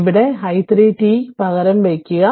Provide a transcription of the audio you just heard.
ഇവിടെ i3 t പകരം വയ്ക്കുക